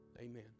Amen